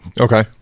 Okay